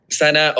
sana